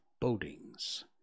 bodings